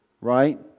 right